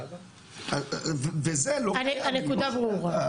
וזה לא --- הנקודה ברורה.